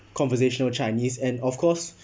conversational chinese and of course